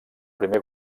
primer